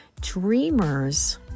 Dreamers